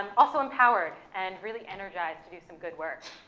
um also empowered, and really energized do some good work.